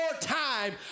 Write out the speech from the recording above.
time